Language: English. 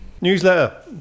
Newsletter